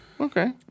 okay